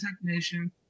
technician